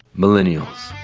millennials,